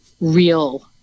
real